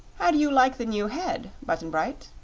how do you like the new head, button-bright?